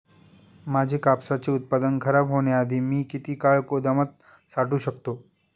माझे कापसाचे उत्पादन खराब होण्याआधी मी किती काळ गोदामात साठवू शकतो?